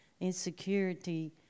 Insecurity